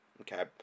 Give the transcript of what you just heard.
Okay